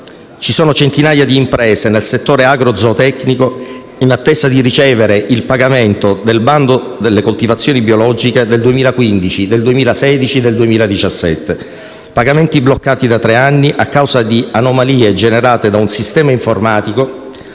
Ci sono centinaia di imprese nel settore agrozootecnico in attesa di ricevere il pagamento del bando delle coltivazioni biologiche del 2015, del 2016 e del 2017; pagamenti bloccati da tre anni a causa di anomalie generate da un sistema informatico